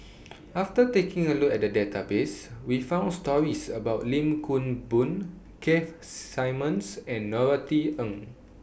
after taking A Look At The Database We found stories about Lim Kim Boon Keith Simmons and Norothy Ng